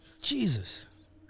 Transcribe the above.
Jesus